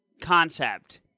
concept